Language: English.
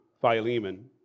Philemon